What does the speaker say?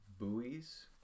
buoys